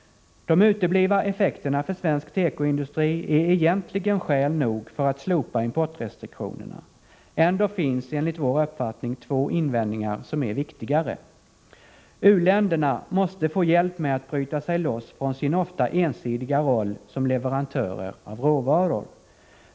De uteblivna effekterna för svensk tekoindustri är egentligen skäl nog för att slopa importrestriktionerna. Ändå finns enligt vår uppfattning två invändningar som är viktigare. U-länderna måste få hjälp med att bryta sig loss från sin ofta ensidiga roll som leverantörer av råvaror.